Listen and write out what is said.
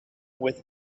with